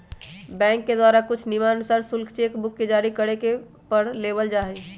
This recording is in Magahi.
बैंक के द्वारा कुछ नियमानुसार शुल्क चेक बुक के जारी करे पर लेबल जा हई